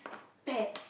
pets